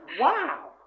wow